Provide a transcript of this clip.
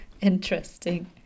interesting